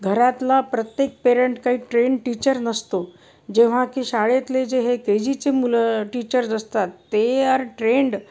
घरातला प्रत्येक पेरेंट काही ट्रेंड टीचर नसतो जेव्हा की शाळेतले जे हे के जीचे मुलं टीचर्स असतात ते आर ट्रेंड